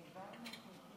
בבקשה, אדוני.